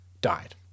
died